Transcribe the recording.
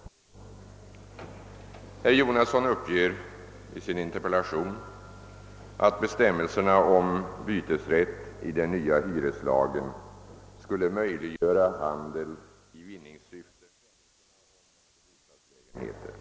Herr Jonasson uppger i sin interpellation att bestämmelserna om bytesrätt i den nya hyreslagen skulle möjliggöra handel i vinningssyfte med kontrakt till bostadslägenheter.